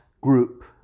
group